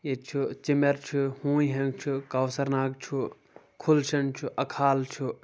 ییٚتہِ چھُ ژِمیر چھُ ہوٗنۍ ہینٛگ چھُ کۄثر ناگ چھُ کھولچن چھُ اکہٕ حال چھُ